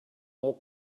more